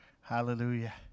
Hallelujah